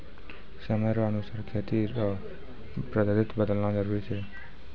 समय रो अनुसार खेती रो पद्धति बदलना जरुरी छै